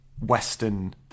Western